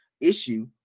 issue